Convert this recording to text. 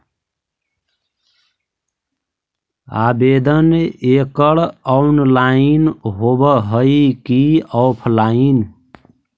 आवेदन एकड़ ऑनलाइन होव हइ की ऑफलाइन?